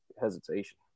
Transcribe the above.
hesitation